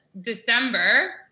December